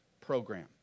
program